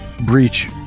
breach